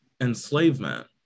enslavement